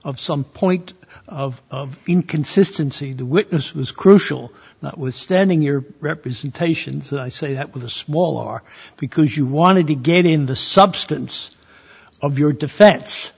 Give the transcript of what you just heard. of some point of inconsistency the witness was crucial notwithstanding your representations that i say that with a small r because you wanted to get in the substance of your defense